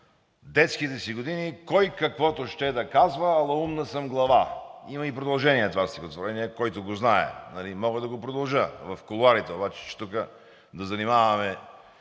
детските си години: „Кой каквото ще да казва, ала умна съм глава…“ Има и продължение на това стихотворение, който го знае. Мога да го продължа в кулоарите обаче, че тук да занимаваме